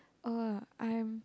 oh I'm